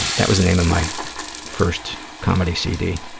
and that was the name of my first comedy cd. i